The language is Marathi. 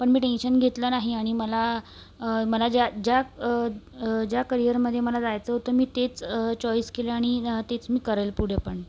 पण मी टेन्शन घेतलं नाही आणि मला मला ज्या ज्या ज्या करियरमध्ये मला जायचं होतं मी तेच चॉईस केलं आणि तेच मी करेल पुढे पण